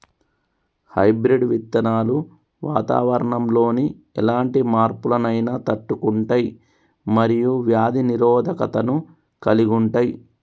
hybrid విత్తనాలు వాతావరణంలోని ఎలాంటి మార్పులనైనా తట్టుకుంటయ్ మరియు వ్యాధి నిరోధకతను కలిగుంటయ్